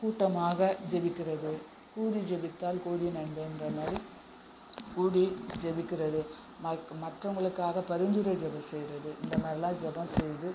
கூட்டமாக ஜபிக்கிறது கூடி ஜபித்தால் கோடி நன்மையென்ற மாதிரி கூடி ஜபிக்கிறது மற்றவங்களுக்காக பரிந்துரை ஜபம் செய்யறது இந்த மாதிரில்லாம் ஜபம் செய்து